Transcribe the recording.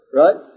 right